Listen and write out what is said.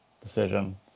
decision